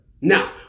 Now